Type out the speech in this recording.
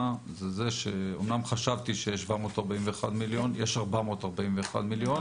זה שאמנם חשבתי שיש 741 מיליון אבל יש 441 מיליון.